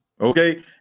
Okay